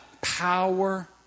power